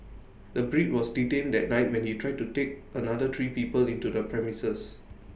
the Brit was detained that night when he tried to take another three people into the premises